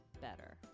better